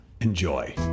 Enjoy